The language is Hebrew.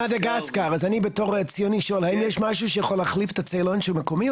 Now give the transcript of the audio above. האם יש משהו שיכול להחליף את הצאלון שהוא מקומי,